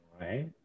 Right